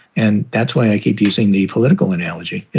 and that's why i keep using the political analogy.